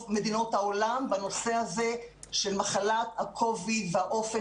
מדינות העולם בנושא הזה של מחלת ה-Covid והאופן